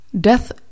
Death